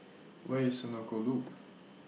Where IS Senoko Loop